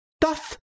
doth